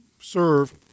serve